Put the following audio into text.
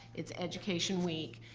it's education week,